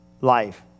life